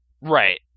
Right